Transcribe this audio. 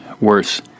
worse